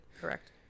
Correct